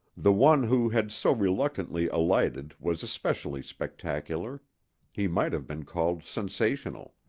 the one who had so reluctantly alighted was especially spectacular he might have been called sensational.